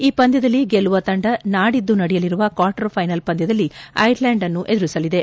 ಈ ಪಂದ್ಯದಲ್ಲಿ ಗೆಲ್ಲುವ ತಂಡ ನಾಡಿದ್ದು ನಡೆಯಲಿರುವ ಕ್ವಾರ್ಟರ್ ಫೈನಲ್ ಪಂದ್ಯದಲ್ಲಿ ಐರ್ಲ್ಯಾಂಡ್ನ್ನು ಎದುರಿಸಲಿದೆ